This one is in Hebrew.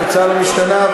התוצאה לא משתנה,